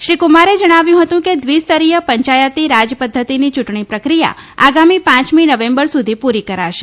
શ્રી કુમારે જણાવ્યું હતું કે દ્વિસ્તરીય પંચાયતી રાજપદ્વતિની ચૂંટણી પ્રક્રિયા આગામી પાંચમી નવેમ્બર સુધી પૂરી કરાશે